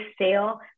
sale